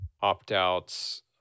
opt-outs